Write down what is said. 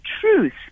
truth